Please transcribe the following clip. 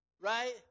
Right